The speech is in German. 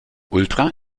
ultra